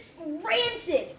rancid